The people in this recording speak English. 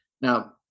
Now